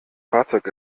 fahrzeug